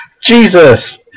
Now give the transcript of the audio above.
Jesus